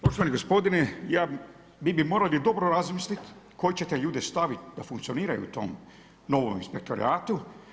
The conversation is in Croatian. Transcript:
Poštovani gospodine, vi bi morali dobro razmisliti koje ćete ljude staviti da funkcioniraju u tom novom Inspektoratu.